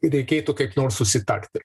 reikėtų kaip nors susitarti